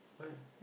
what